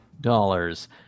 dollars